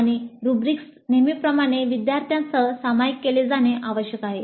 आणि रूब्रिक्स नेहमीप्रमाणे विद्यार्थ्यांसह सामायिक केले जाणे आवश्यक आहे